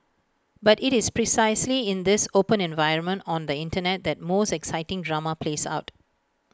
but IT is precisely in this open environment on the Internet that most exciting drama plays out